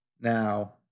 Now